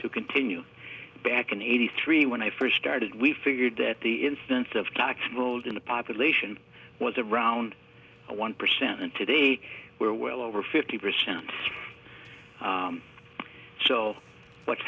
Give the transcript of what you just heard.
to continue back in eighty three when i first started we figured that the instance of tax rolls in the population was around one percent and today we're well over fifty percent so what's